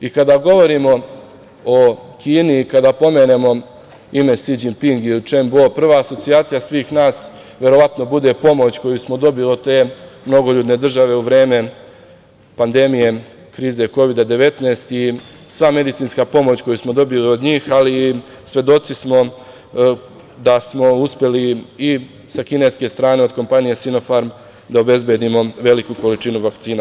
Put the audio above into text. I kada govorimo o Kini i kada pomenemo ime Si Đinping ili Čen Bo, prva asocijacija svih nas verovatno bude pomoć, jer smo dobili od te mnogoljudne države u vreme pandemije krize Kovida 19 i sva medicinska pomoć koju smo dobili od njih, ali svedoci smo da smo uspeli i sa kineske strane od kompanije "Sinefarm" da obezbedimo veliku količinu vakcina.